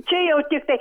čia jau tiktai